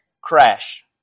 Crash